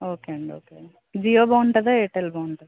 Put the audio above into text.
okay అండి okay Jio బాగుంటుందా Airtel బాగుంటుందా